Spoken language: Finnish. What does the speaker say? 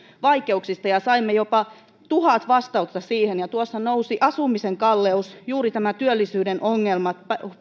vaikeuksista saimme jopa tuhat vastausta siihen ja siinä nousivat muun muassa asumisen kalleus juuri tämä työllisyyden ongelma